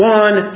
one